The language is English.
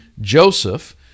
Joseph